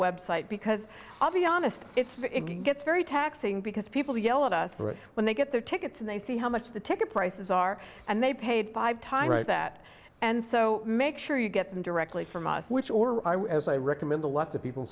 website because i'll be honest it's gets very taxing because people yell at us when they get their tickets and they see how much the ticket prices are and they paid five times that and so make sure you get them directly from us which or as i recommend to lots of people